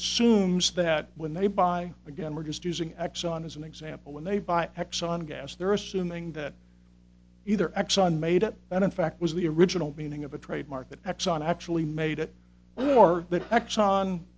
assumes that when they buy again we're just using exxon as an example when they buy exxon gas they're assuming that either exxon made it and in fact was the original meaning of a trademark that exxon actually made it or that exxon